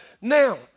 Now